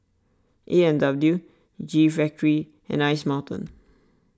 A and W G Factory and Ice Mountain